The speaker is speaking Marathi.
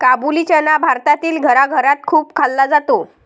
काबुली चना भारतातील घराघरात खूप खाल्ला जातो